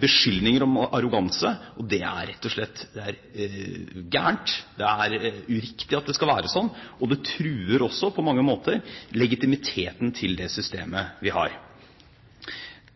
beskyldninger om arroganse. Det er rett og slett galt; det er uriktig at det skal være slik, og det truer også på mange måter legitimiteten til det systemet vi har.